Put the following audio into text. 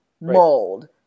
mold